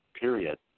period